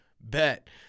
bet